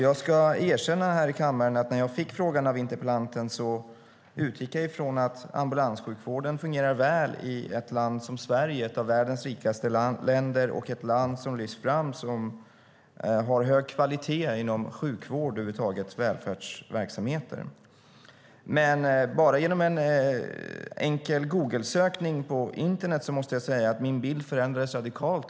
Jag ska erkänna här i kammaren att när jag fick frågan av interpellanten utgick jag från att ambulanssjukvården fungerar väl i ett land som Sverige, ett av världens rikaste länder och ett land som lyfts fram för att ha hög kvalitet inom sjukvård och över huvud taget välfärdsverksamheter. Men bara genom en enkel googlesökning på internet förändrades min bild radikalt.